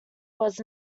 was